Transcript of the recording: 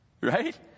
right